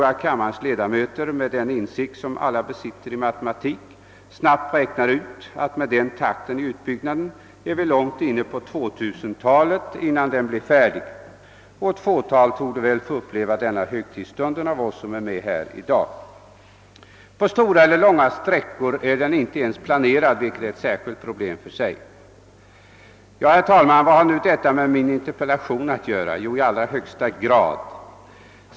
Med den insikt i matematik som alla kammarens ledamöter besitter räknar ni snabbt ut att med den takten i utbyggnaden är vi långt inne på 2 000-talet innan vägen blir färdig. Ett fåtal av oss som är här i dag torde väl få uppleva denna högtidsstund. På långa sträckor är vägen inte ens planerad, vilket är ett särskilt problem. Herr talman! Har nu detta med min interpellation att göra? Jo, i allra högsta grad.